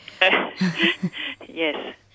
Yes